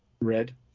Red